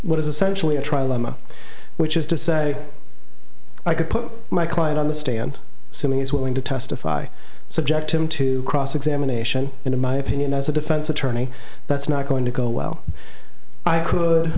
what is essentially a trial them which is to say i could put my client on the stand simming is willing to testify subject him to cross examination and in my opinion as a defense attorney that's not going to go well i could